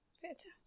fantastic